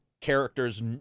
characters